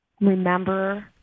Remember